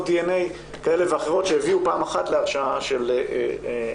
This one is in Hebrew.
DNA כאלה ואחרות שהביאו פעם אחת להרשעה של חשוד.